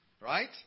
Right